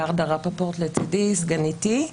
ורדה רפפורט לצידי, סגניתי.